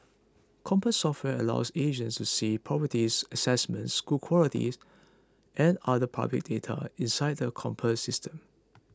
compass software allows agents to see properties assessments school quality and other public data inside the Compass System